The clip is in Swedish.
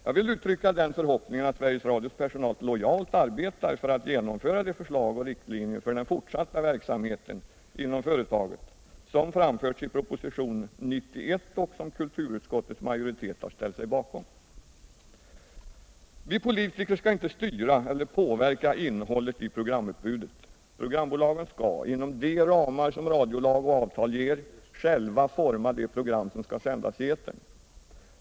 Jag vill uttrycka den förhoppningen att Sveriges Radios personal lojalt arbetar för att genomföra de förslag och riktlinjer för den fortsatta verksamheten inom företaget som framförts i propositionen 91 och som kulturutskottets majoritet har ställt sig bakom. Vi politiker skall inte styra eller påverka innehållet i programutbudet. Programbolagen skall — inom de ramar som radiolag och avtal ger — själva forma de program som skall sändas i etern.